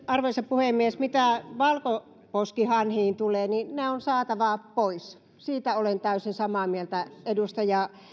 arvoisa puhemies mitä valkoposkihanhiin tulee niin ne on saatava pois siitä olen täysin samaa mieltä edustaja